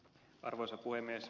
arvoisa puhemies